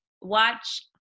Watch